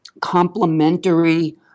complementary